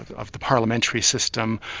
of the parliamentary system,